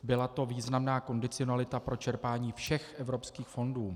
Byla to významná kondicionalita pro čerpání všech evropských fondů.